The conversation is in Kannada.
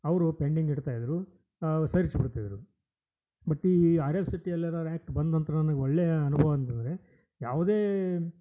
ಅವರು ಪೆಂಡಿಂಗ್ ಇಡ್ತಾ ಇದ್ದರು ಸರಿಸಿ ಬಿಡ್ತಿದ್ದರು ಬಟ್ ಈ R F C T L L R act ಬಂದನಂತ್ರ ನನಗೆ ಒಳ್ಳೆಯ ಅನುಭವ ಅಂತಂದರೆ ಯಾವುದೇ